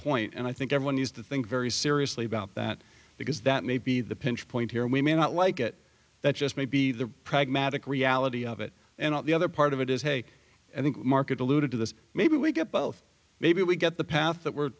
point and i think everyone used to think very seriously about that because that may be the pinch point here and we may not like it that just may be the pragmatic reality of it and the other part of it is hey and the market alluded to this maybe we get both maybe we get the path that we're